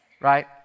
right